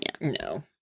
No